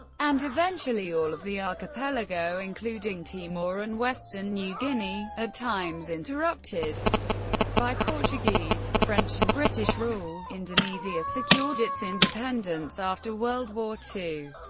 and eventually all of the archipelago including timor and western new guinea, at times interrupted by portuguese, french and british rule, indonesia secured its independence after world war ii.